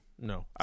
No